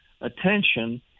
Attention